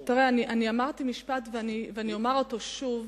אני אמרתי משפט, ואני אומר אותו שוב.